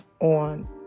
on